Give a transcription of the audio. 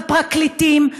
הפרקליטים,